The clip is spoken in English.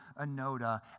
Anoda